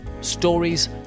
stories